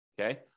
okay